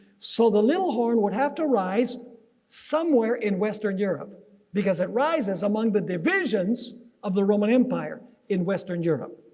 so the little horn would have to rise somewhere in western europe because it rises among the but divisions of the roman empire in western europe.